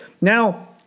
now